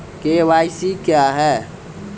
KYC क्या हैं?